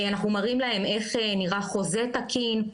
אנחנו מראים להם איך נראה חוזה תקין,